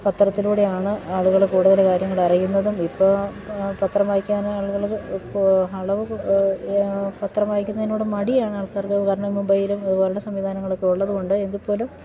പത്രത്തിലൂടെയാണ് ആളുകൾ കൂടുതൽ കാര്യങ്ങൾ അറിയുന്നതും ഇപ്പോൾ പത്രം വായിക്കാൻ ആളുകൾക്ക് ഇപ്പം അളവ് പത്രം വായിക്കുന്നതിനോട് മടിയാണ് ആൾക്കാർക്ക് കാരണം മൊബൈലും അതുപോലെയുള്ള സംവിധാനങ്ങളൊക്കെ ഉള്ളതുകൊണ്ട് എങ്കിൽ പോലും